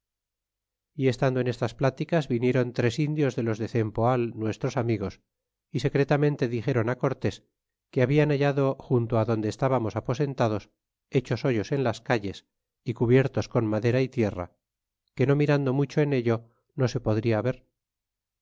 y estando en estas pláticas vinieron tres indios de los de cempoal nuestros amigos y secretamente dixeron cortés que habian hallado junto adonde estábamos aposentados hechos hoyos en las calles é cubiertos con madera é tierra que no mirando mucho en ello no se podria ver